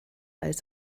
als